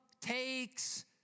takes